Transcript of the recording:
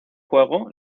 juego